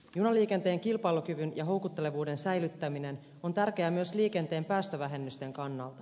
junaliikenteen kilpailukyvyn ja houkuttelevuuden säilyttäminen on tärkeää myös liikenteen päästövähennysten kannalta